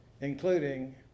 including